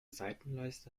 seitenleiste